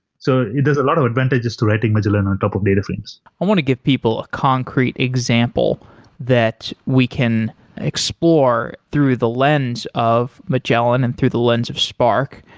so there's a lot of advantages to writing magellan on top of data frames i want to give people a concrete example that we can explore through the lens of magellan and through the lens of spark.